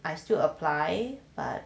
I still apply but